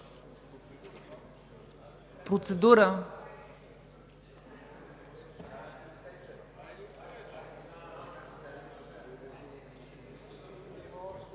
Процедура.